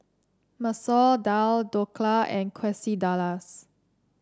Masoor Dal Dhokla and Quesadillas